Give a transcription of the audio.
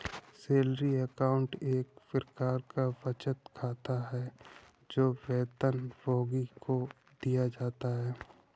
salary account एक प्रकार का बचत खाता है, जो वेतनभोगी को दिया जाता है